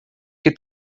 que